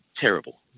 terrible